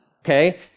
Okay